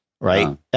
Right